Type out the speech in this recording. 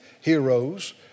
heroes